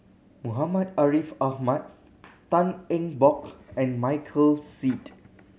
Muhammad Ariff Ahmad Tan Eng Bock and Michael Seet